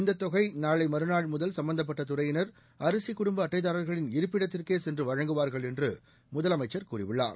இந்த தொகை நாளை மறுநாள் முதல் சம்மந்தப்பட்ட துறையினர் அரிசி குடும்ப அட்டைதாரர்களின் இருப்பிடத்திற்கே சென்று வழங்குவார்கள் என்று முதலமைச்சர் கூறியுள்ளார்